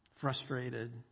frustrated